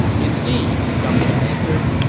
indeed, zhang song answered.